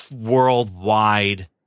worldwide